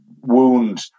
wound